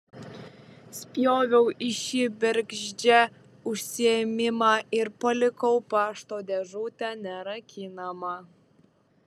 spjoviau į šį bergždžią užsiėmimą ir palikau pašto dėžutę nerakinamą